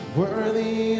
worthy